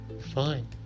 Fine